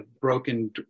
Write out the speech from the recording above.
broken